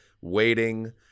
waiting